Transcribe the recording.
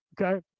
okay